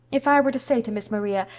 if i were to say to miss maria,